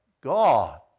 God